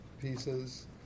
pieces